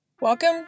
Welcome